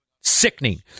Sickening